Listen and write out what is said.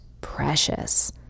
precious